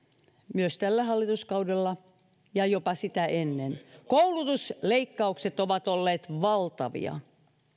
myös tällä hallituskaudella ja jopa sitä ennen koulutusleikkaukset ovat olleet valtavia